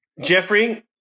Jeffrey